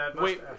Wait